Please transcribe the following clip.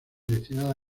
destinada